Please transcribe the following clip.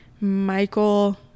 Michael